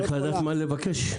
צריך לדעת מה לבקש.